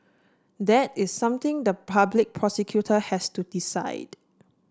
that is something the public prosecutor has to decide